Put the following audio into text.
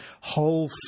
whole